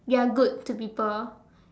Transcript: you are good to people